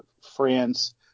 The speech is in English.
france